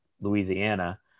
Louisiana